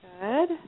Good